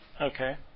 Okay